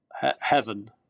Heaven